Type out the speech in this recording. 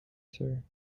sir